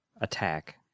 attack